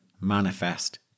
manifest